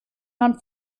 man